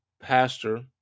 pastor